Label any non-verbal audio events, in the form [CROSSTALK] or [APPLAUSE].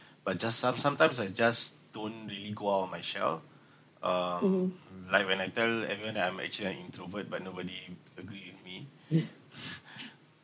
but just some sometimes I just don't really go out my shell um like when I tell everyone that I'm actually an introvert but nobody agree with me [LAUGHS]